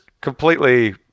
completely